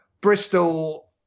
Bristol